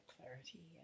clarity